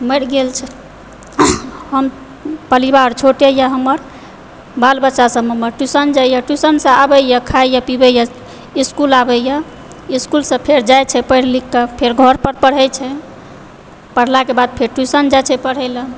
मरि गेल छै हम परिवार छोटे यऽ हमर बाल बच्चासभ हमर ट्युशन जाइए ट्युशनसँ आबैय खाइए पिबयए इस्कूल आबइए इस्कूल फेर जाइत छै पढ़ लिखकऽ फेर घर पाए पढ़य छै पढ़लाके बाद फेर ट्युशन जाइत छै पढ़यलऽ